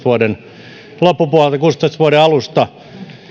vuoden kaksituhattaviisitoista loppupuolelta vuoden kaksituhattakuusitoista alusta